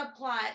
subplot